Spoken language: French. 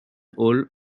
hall